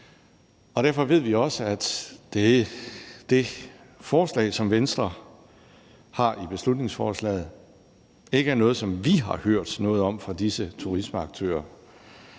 og derfor ved vi også, at det forslag, som Venstre har i beslutningsforslaget, ikke er noget, som vi har hørt noget om fra disse turismeaktører.